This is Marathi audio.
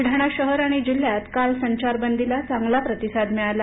ब्लढाणा शहर आणि जिल्ह्यात काल संचारबदीला चांगला प्रतिसाद मिळाला